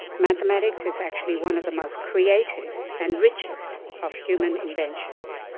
mathematics is actually one of the most creative and richest of human inventions.